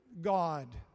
God